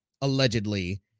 allegedly